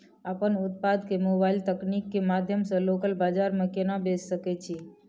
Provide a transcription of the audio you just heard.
अपन उत्पाद के मोबाइल तकनीक के माध्यम से लोकल बाजार में केना बेच सकै छी?